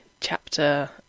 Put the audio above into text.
chapter